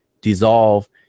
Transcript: dissolve